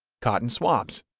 cotton swabs,